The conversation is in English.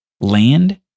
Land